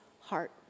heart